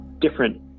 different